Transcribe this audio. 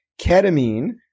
Ketamine